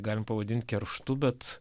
galim pavadint kerštu bet